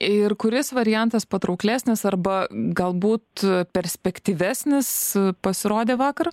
ir kuris variantas patrauklesnis arba galbūt perspektyvesnis pasirodė vakar